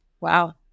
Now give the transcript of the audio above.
Wow